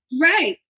Right